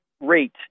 rate